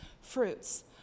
fruits